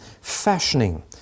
fashioning